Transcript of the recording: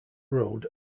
road